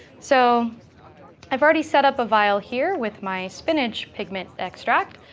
so i've already set up a vial here with my spinach pigment extract.